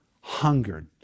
hungered